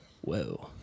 Whoa